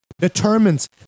determines